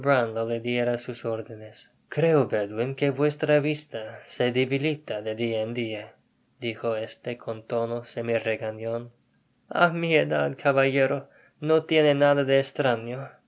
sus órdenes creo bedwin que vuestra vista se debilita de dia en dia dijo éste con tono semi regañon a mi edad caballero no tiene nada de estraño